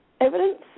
evidence